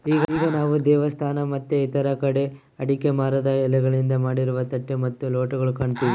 ಈಗ ನಾವು ದೇವಸ್ಥಾನ ಮತ್ತೆ ಇತರ ಕಡೆ ಅಡಿಕೆ ಮರದ ಎಲೆಗಳಿಂದ ಮಾಡಿರುವ ತಟ್ಟೆ ಮತ್ತು ಲೋಟಗಳು ಕಾಣ್ತಿವಿ